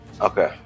okay